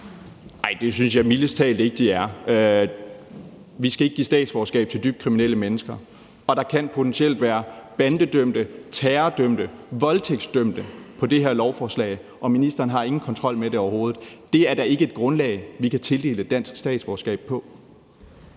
Nej, det synes jeg mildest talt ikke de er. Vi skal ikke give statsborgerskab til dybt kriminelle mennesker, og der kan potentielt være bandedømte, terrordømte, voldtægtsdømte på det her lovforslag, og ministeren har ingen kontrol med det overhovedet. Det er da ikke et grundlag, vi kan tildele et dansk statsborgerskab på.